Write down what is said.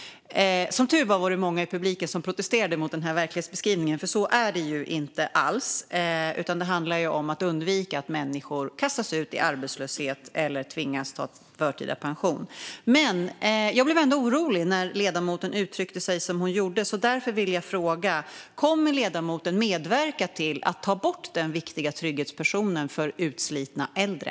Som tur var var det många i publiken som protesterade mot den här verklighetsbeskrivningen. Så är det ju inte alls, utan det handlar om att undvika att människor kastas ut i arbetslöshet eller tvingas ta ut förtida pension. Men jag blev ändå orolig när ledamoten uttryckte sig som hon gjorde. Därför vill jag fråga om ledamoten kommer att medverka till att ta bort den viktiga trygghetspensionen för utslitna äldre.